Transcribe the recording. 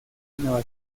nueva